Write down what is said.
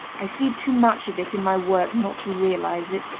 i see too much of it in my work not to realise it.